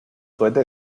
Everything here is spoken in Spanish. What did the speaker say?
cohete